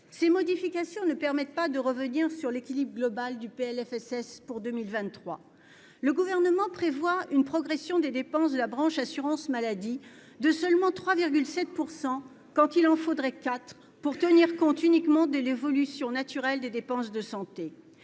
ces modifications ne permettent pas de revenir sur l'équilibre global du PLFSS pour 2023. Le Gouvernement prévoit une progression des dépenses de la branche assurance maladie de seulement 3,7 %, quand il faudrait que celle-ci soit de 4 % pour tenir compte uniquement de l'évolution naturelle des dépenses de santé.